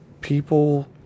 people